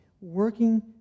working